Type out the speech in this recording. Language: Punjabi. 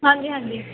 ਹਾਂਜੀ ਹਾਂਜੀ